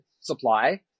supply